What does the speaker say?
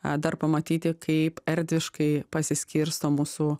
a dar pamatyti kaip erdviškai pasiskirsto mūsų